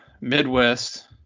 midwest